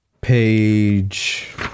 page